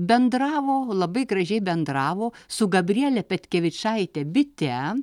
bendravo labai gražiai bendravo su gabriele petkevičaite bite